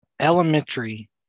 elementary